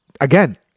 Again